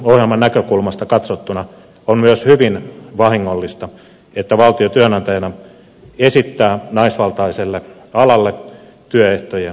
samapalkkaisuusohjelman näkökulmasta katsottuna on myös hyvin vahingollista että valtio työnantajana esittää naisvaltaiselle alalle työehtojen heikentämistä